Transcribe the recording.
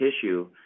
tissue